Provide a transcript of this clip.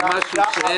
הישיבה נעולה.